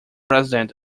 resident